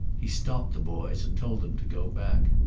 he stopped the boys and told them to go back.